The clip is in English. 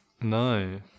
No